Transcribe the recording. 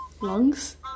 lungs